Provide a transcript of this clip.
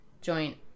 joint